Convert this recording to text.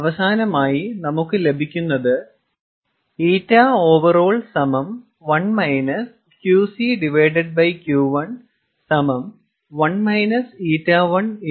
അവസാനമായി നമുക്ക് ലഭിക്കുന്നത് ƞOVERALL1 QC Q1 1 ƞ1 1 ƞ2